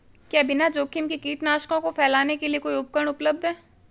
क्या बिना जोखिम के कीटनाशकों को फैलाने के लिए कोई उपकरण उपलब्ध है?